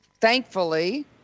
thankfully